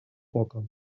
poca